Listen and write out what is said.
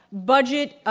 budget, ah